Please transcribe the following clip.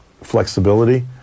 flexibility